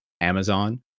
Amazon